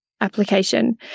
application